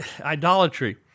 idolatry